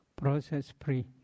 process-free